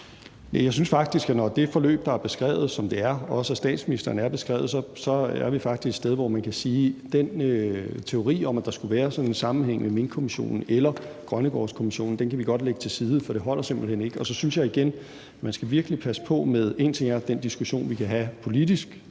Jeg synes faktisk, at når det forløb, der er beskrevet, også af statsministeren, som det er, så er vi faktisk et sted, hvor man kan sige, at den teori om, at der skulle være sådan en sammenhæng med Minkkommissionen eller Grønnegårdskommissionen, kan vi godt lægge til side. For det holder simpelt hen ikke. Og så synes jeg igen, at man virkelig skal passe på med – og en ting er den diskussion, vi kan have politisk